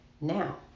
Now